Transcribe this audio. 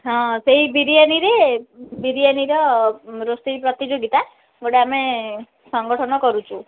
ହଁ ସେଇ ବିରିୟାନୀରେ ବିରିୟାନୀର ରୋଷେଇ ପ୍ରତିଯୋଗିତା ଗୋଟେ ଆମେ ସଂଗଠନ କରୁଛୁ